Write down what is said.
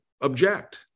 object